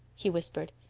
he whispered.